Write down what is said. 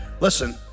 listen